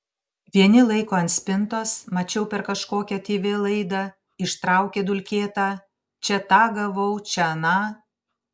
vieni laiko ant spintos mačiau per kažkokią tv laidą ištraukė dulkėtą čia tą gavau čia aną